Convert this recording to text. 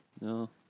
No